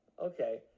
Okay